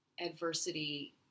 adversity